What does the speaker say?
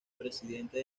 presidente